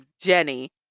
Jenny